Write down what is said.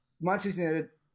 Manchester